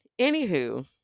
Anywho